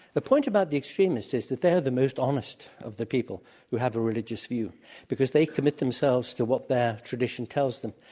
the point about theextremists is that they are the most honest of the people who have a religious view because they commit themselves to what their tradition tells them,